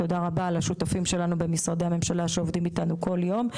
תודה רבה לשותפים שלנו במשרדי הממשלה שעובדים איתנו כל יום,